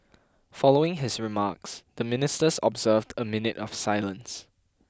following his remarks the Ministers observed a minute of silence